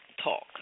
talk